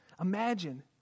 Imagine